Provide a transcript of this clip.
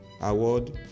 Award